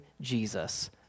Jesus